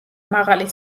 მაღალი